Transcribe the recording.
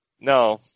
no